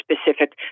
specific